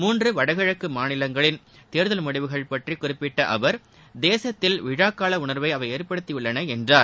மூன்று வடகிழக்கு மாநிலங்களின் தேர்தல் முடிவுகள் பற்றி குறிப்பிட்ட அவர் தேசத்தில் விழாக்கால உணர்வை அவை ஏற்படுத்தியுள்ளன என்றார்